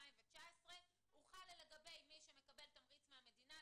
2019. הוא חל לגבי מי שמקבל תמריץ מהמדינה,